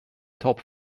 top